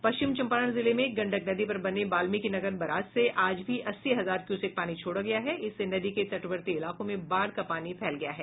पश्चिम चंपारण जिले में गंडक नदी पर बने वाल्मिकीनगर बराज से आज भी अस्सी हजार क्यूसेक पानी छोड़ा गया है इससे नदी के तटवर्ती इलाकों में बाढ़ का पानी फैल गया है